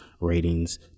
ratings